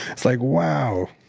it's like wow.